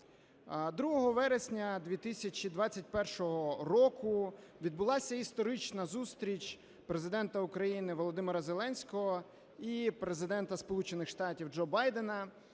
вересня 2021 року відбулася історична зустріч Президента України Володимира Зеленського і Президента Сполучених